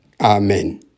Amen